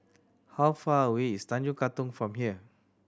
how far away is Tanjong Katong from here